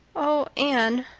oh, anne,